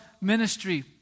ministry